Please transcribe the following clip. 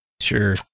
Sure